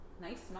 Nice